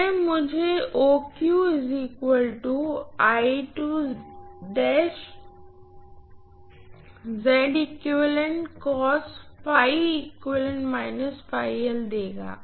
यह मुझे देगा